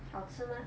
好吃吗